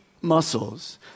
muscles